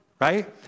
right